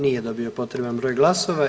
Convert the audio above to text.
Nije dobio potreban broj glasova.